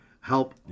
help